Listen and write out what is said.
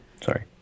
sorry